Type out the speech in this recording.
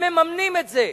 הם מממנים את זה.